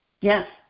Yes